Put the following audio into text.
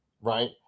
right